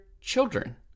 children